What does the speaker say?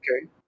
Okay